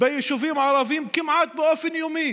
ביישובים ערביים כמעט באופן יומי?